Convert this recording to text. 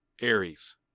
Aries